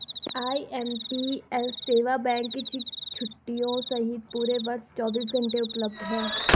IMPS सेवा bank की छुट्टियों सहित पूरे वर्ष चौबीस घंटे उपलब्ध है